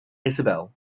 isabelle